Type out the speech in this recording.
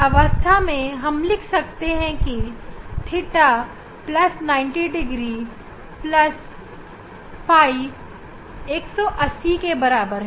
अवस्था में हम लिख सकते हैं कि θɸ 90 180 के बराबर है